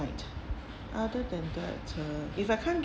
night other than that uh if I can't